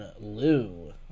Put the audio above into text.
Lou